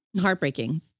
heartbreaking